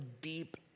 deep